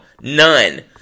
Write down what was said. None